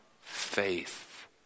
Faith